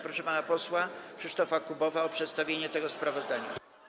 Proszę pana posła Krzysztofa Kubowa o przedstawienie tego sprawozdania.